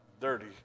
dirty